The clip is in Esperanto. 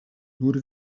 nur